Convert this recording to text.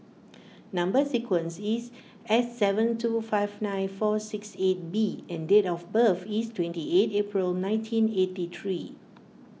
Number Sequence is S seven two five nine four six eight B and date of birth is twenty eight April nineteen eighty three